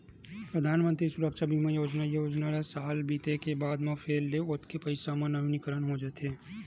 परधानमंतरी सुरक्छा बीमा योजना, ए योजना ल साल बीते के बाद म फेर ले ओतके पइसा म नवीनीकरन हो जाथे